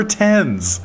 tens